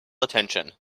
attention